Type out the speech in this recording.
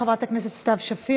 חברת הכנסת סתיו שפיר,